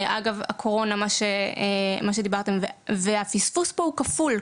אגב הקורונה, מה שדיברתם, והפספוס פה הוא כפול.